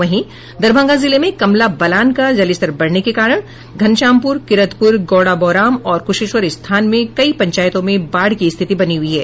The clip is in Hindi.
वहीं दरभंगा जिले में कमला बलान का जलस्तर बढ़ने के कारण घनश्यामपूर किरतपूर गौड़ा बौराम और क्शेश्वर स्थान में कई पंचायतों में बाढ़ की स्थिति बनी हुई है